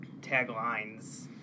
taglines